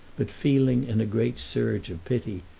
but feeling, in a great surge of pity,